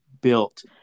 built